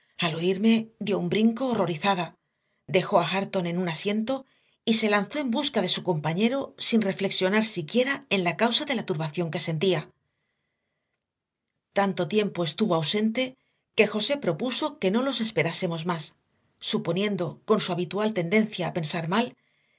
al oírme dio un brinco horrorizada dejó a hareton en un asiento y se lanzó en busca de su compañero sin reflexionar siquiera en la causa de la turbación que sentía tanto tiempo estuvo ausente que josé propuso que no los esperásemos más suponiendo con su habitual tendencia a pensar mal